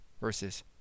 versus